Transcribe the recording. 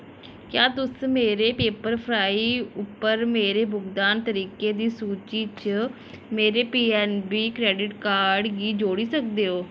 क्या तुस मेरे पैपरफ्राई उप्पर मेरे भुगतान तरीकें दी सूची च मेरे पीऐन्नबी क्रैडिट कार्ड गी जोड़ी सकदे ओ